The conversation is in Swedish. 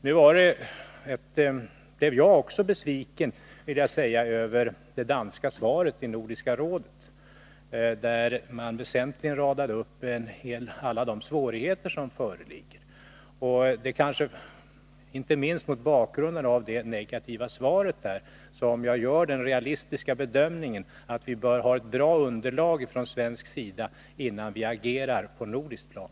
Jag blev också besviken över det danska svaret i Nordiska rådet, där man väsentligen radade upp alla de svårigheter som föreligger. Det är kanske inte minst mot bakgrund av det negativa svaret som jag gör den realistiska bedömningen att vi från svensk sida bör ha ett bra underlag innan vi agerar på nordiskt plan.